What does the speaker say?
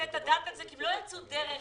הם לא יצאו דרך